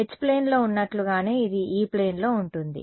H plane లో ఉన్నట్లుగానే ఇది ఇ ప్లేన్లో ఉంటుంది